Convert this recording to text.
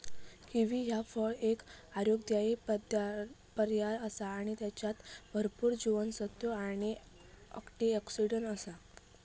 kiwi ह्या फळ एक आरोग्यदायी पर्याय आसा आणि त्येच्यात भरपूर जीवनसत्त्वे आणि अँटिऑक्सिडंट आसत